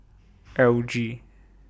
L G